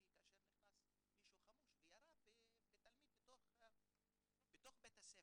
כאשר נכנס מישהו חמוש וירה בתלמיד בתוך בית הספר.